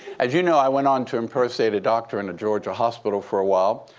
as you know, i went on to impersonate a doctor in a georgia hospital for a while.